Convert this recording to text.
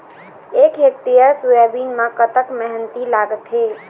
एक hectare soybean म कतक मेहनती लागथे?